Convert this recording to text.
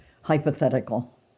hypothetical